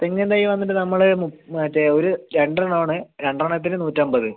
തെങ്ങിൻ തൈ വന്നിട്ട് നമ്മൾ മറ്റെ ഒരു രണ്ട് എണ്ണം ആണ് രണ്ട് എണ്ണത്തിന് നൂറ്റമ്പത്